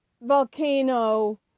volcano